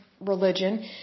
religion